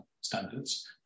standards